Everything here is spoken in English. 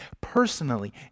personally